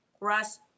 Russ